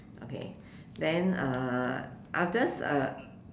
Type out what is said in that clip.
okay then uh I will just uh